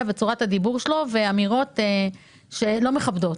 וצורת הדיבור שלו ואמירות שהן לא מכבדות,